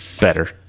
better